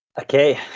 Okay